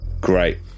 Great